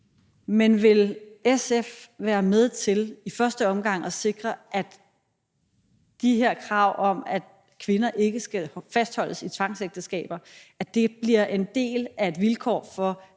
Men vil SF være med til i første omgang at sikre, at de her krav om, at kvinder ikke skal fastholdes i tvangsægteskaber, bliver en del af et vilkår for at opnå